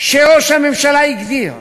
שראש הממשלה הגדיר.